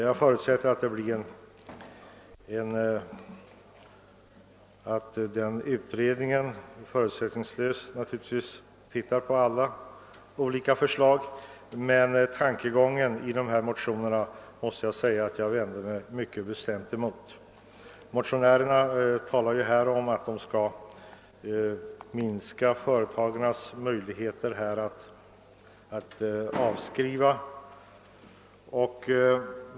Jag utgår ifrån att utredningen förutsättningslöst studerar alla förslag, men jag måste säga att jag vänder mig mot tankegångarna i motionerna I:1048 och II: 1215. Där hemställes att avskrivningsreglerna görs mer restriktiva och att vinsterna som kvarstår i företagen skulle bli föremål för en speciell skatt.